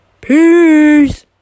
peace